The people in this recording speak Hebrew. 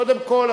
קודם כול,